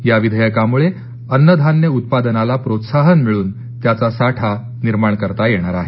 या विधेयकामुळे अन्नधान्य उत्पादनाला प्रोत्साहन मिळून त्याचा साठा निर्माण करता येणार आहे